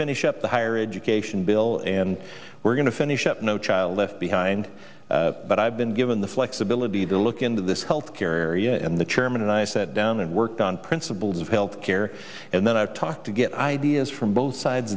finish up the higher education bill and we're going to finish up no child left behind but i've been given the flexibility to look into this health care area and the chairman and i sat down and worked on principles of health care and then i talk to get ideas from both sides